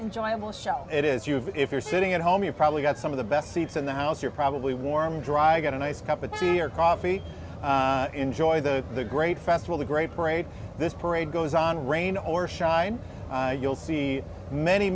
enjoyable show it is you if you're sitting at home you've probably got some of the best seats in the house you're probably warm dry get a nice cup of tea or coffee to enjoy the the great festival the great parade this parade goes on rain or shine you'll see many